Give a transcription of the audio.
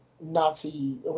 Nazi